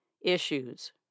Issues